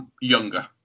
younger